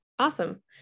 Awesome